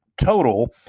total